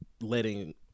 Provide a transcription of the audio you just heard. Letting